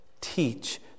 Teach